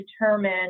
determine